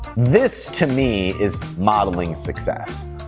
this to me is modeling success.